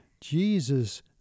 Jesus